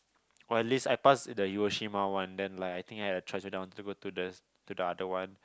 or at least I passed the Hiroshima one then like I think I had the choice whether I want to go to the to the other one